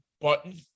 button